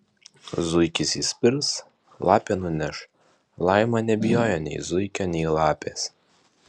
zuikis įspirs lapė nuneš laima nebijojo nei zuikio nei lapės